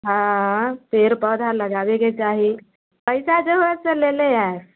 हाँ पेड़ पौधा लगाबेके चाही पैसा जे होएत से लेले आयब